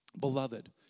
beloved